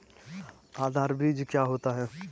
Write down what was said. आधार बीज क्या होता है?